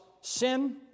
sin